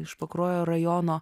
iš pakruojo rajono